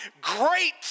great